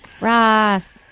Ross